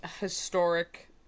historic